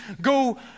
go